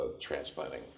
transplanting